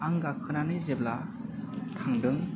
आं गाखोनानै जेब्ला थांदों